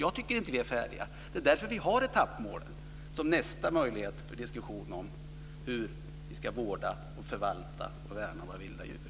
Jag tycker inte det, och det är därför som vi har etappmål för diskussionen om hur vi ska vårda, värna och förvalta våra vilda djur.